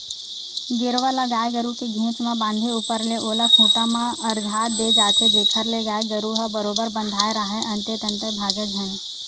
गेरवा ल गाय गरु के घेंच म बांधे ऊपर ले ओला खूंटा म अरझा दे जाथे जेखर ले गाय गरु ह बरोबर बंधाय राहय अंते तंते भागय झन